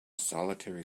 solitary